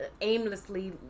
aimlessly